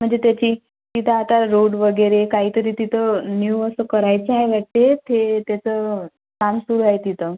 म्हणजे त्याची तिथं आता रोड वगैरे काहीतरी तिथं न्यू असं करायचं आहे असं वाटते थे त्याचं काम सुरू आहे तिथं